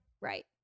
right